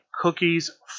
Cookies